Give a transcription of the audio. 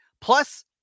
plus